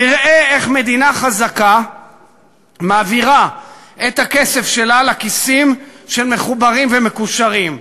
תראה איך מדינה חזקה מעבירה את הכסף שלה לכיסים של מחוברים ומקושרים,